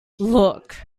look